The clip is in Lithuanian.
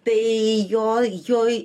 tai jo joj